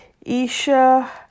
Isha